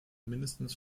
mindestens